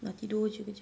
tidur jer kerja